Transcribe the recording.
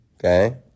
Okay